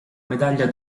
medaglia